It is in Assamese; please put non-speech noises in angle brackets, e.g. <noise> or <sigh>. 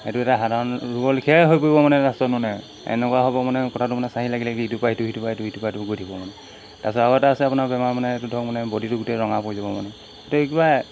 সেইটো এটা সাধাৰণ ৰোগৰলেখীয়াই হৈ পৰিব মানে লাষ্টত মানে এনেকুৱা হ'ব মানে কথাটো মানে চাহী লাগি লাগি ইটোৰপৰা সিটোৰপৰা ইটোৰপৰা সিটো হৈ গৈ থাকিব মানে তাৰপাছত আৰু আছে আপোনাৰ বেমাৰ মানে এইটো ধৰক মানে বডিটো গোটেই ৰঙা পৰিব মানে তো <unintelligible>